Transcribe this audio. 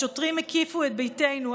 השוטרים הקיפו את ביתנו,